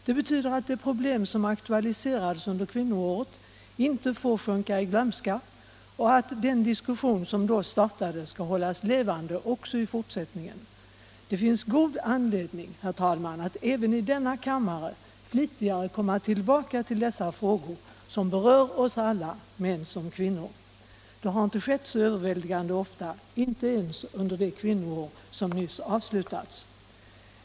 Det betyder att de problem som aktualiserades under kvinnoåret inte får sjunka i glömska och ” att den diskussion som då startade skall hållas levande också i fortsättningen. Det finns god anledning, herr talman, att även i denna kammare flitigare komma tillbaka till dessa frågor som berör oss alla, män lika väl som kvinnor. Det har inte skett så överväldigande ofta, inte ens under det kvinnoår som nyss avslutats.